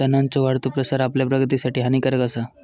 तणांचो वाढतो प्रसार आपल्या प्रगतीसाठी हानिकारक आसा